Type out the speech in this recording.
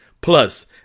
Plus